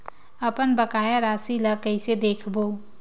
अपन बकाया राशि ला कइसे देखबो?